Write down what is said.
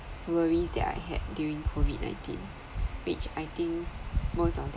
worries that I had during COVID nineteen which I think most of them